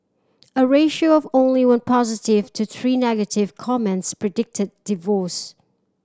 a ratio of only one positive to three negative comments predicted divorce